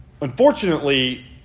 unfortunately